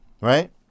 right